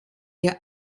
der